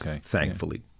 thankfully